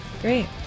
great